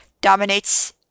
dominates